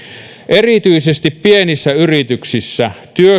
erityisesti pienissä yrityksissä